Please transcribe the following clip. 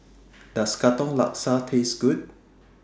Does Katong Laksa Taste Good